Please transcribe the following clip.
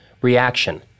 reaction